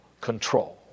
control